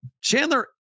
chandler